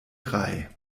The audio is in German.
drei